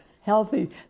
healthy